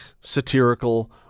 satirical